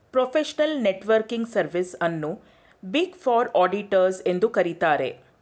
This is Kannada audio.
ಪ್ರೊಫೆಷನಲ್ ನೆಟ್ವರ್ಕಿಂಗ್ ಸರ್ವಿಸ್ ಅನ್ನು ಬಿಗ್ ಫೋರ್ ಆಡಿಟರ್ಸ್ ಎಂದು ಕರಿತರೆ